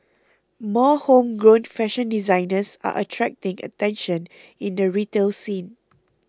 more homegrown fashion designers are attracting attention in the retail scene